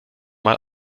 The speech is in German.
mal